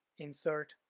insert,